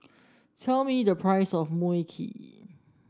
tell me the price of Mui Kee